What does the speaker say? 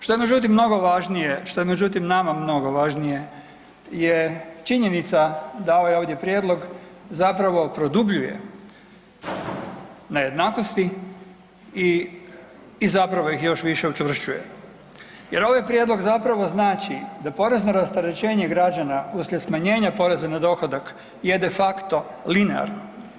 Što je međutim mnogo važnije, što je međutim nama mnogo važnije je činjenica da ovaj ovdje prijedlog zapravo produbljuje nejednakosti i zapravo ih još više učvršćuje jer ovaj prijedlog znači da porezno rasterećenje građana uslijed smanjenja poreza na dohodak je de facto linearno.